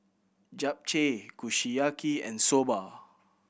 Japchae Kushiyaki and Soba